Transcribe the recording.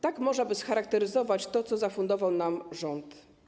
Tak można by scharakteryzować to, co zafundował nam rząd.